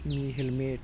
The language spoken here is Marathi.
मी हेल्मेट